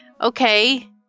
Okay